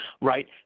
right